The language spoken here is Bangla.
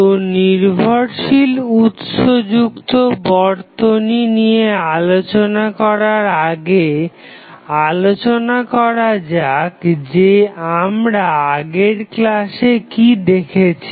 তো নির্ভরশীল উৎস যুক্ত বর্তনী নিয়ে আলোচনা আগে আলোচনা করা যাক যে আমরা আগের ক্লাসে কি দেখেছি